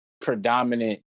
predominant